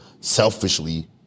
selfishly